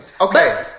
Okay